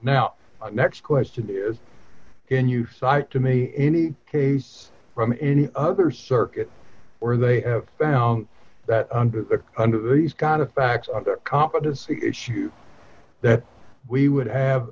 now next question is can you cite to me any case from any other circuit or they have found that under the under the he's got a fax under competency issue that we would have